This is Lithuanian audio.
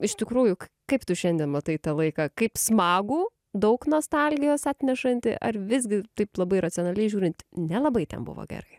iš tikrųjų kaip tu šiandien matai tą laiką kaip smagų daug nostalgijos atnešantį ar visgi taip labai racionaliai žiūrint nelabai ten buvo gerai